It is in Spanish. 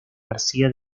garcía